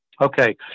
Okay